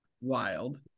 wild